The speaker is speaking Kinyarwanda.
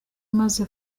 imaze